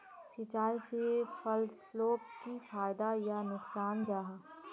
सिंचाई से फसलोक की फायदा या नुकसान जाहा?